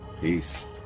Peace